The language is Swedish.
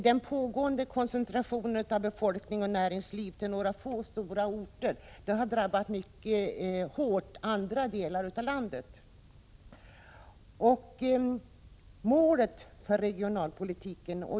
Den pågående koncentrationen av befolkning och näringsliv till några få stora orter har drabbat andra delar av landet mycket hårt.